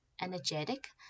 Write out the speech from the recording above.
energetic